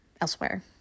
elsewhere